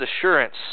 assurance